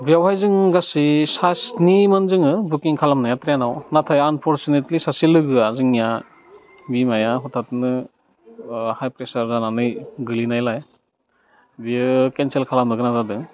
बेवहाय जों गासै सा स्नि मोन जोङो बुकिं खालामनाया ट्रेनआव नाथाय आनफरसुनेटलि सासे लोगोआ जोंनिया बिमाया हथाथनो हाइ प्रेसार जानानै गोलैनायलाय बियो केनसेल खालामनो गोनां जादों